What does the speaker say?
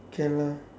can lah